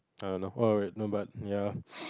I don't know what no but ya